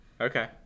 Okay